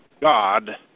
God